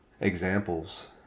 examples